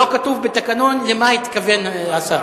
לא כתוב בתקנון: למה התכוון השר?